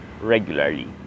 regularly